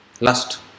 lust